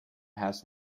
has